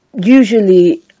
usually